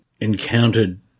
encountered